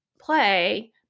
play